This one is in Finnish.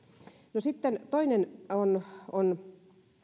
no sitten toinen on on